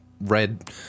red